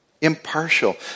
impartial